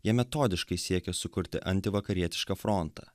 jie metodiškai siekia sukurti antivakarietišką frontą